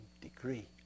degree